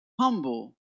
humble